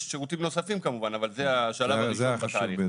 יש שירותים נוספים, כמובן, אבל זה השלב החשוב.